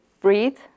breathe